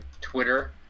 Twitter